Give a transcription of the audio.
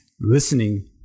listening